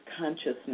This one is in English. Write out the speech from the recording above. consciousness